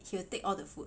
he will take all the food